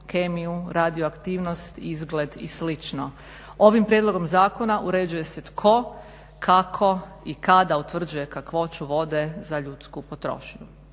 kemiju, radio aktivnost, izgled i slično. Ovim prijedlogom zakona uređuje se tko, kako i kada utvrđuje kakvoću vode za ljudsku potrošnju.